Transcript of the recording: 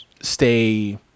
stay